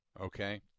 okay